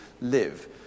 live